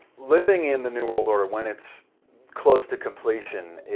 living in the new world order when it's close to completion,